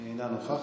אני צריך להציע,